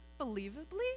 unbelievably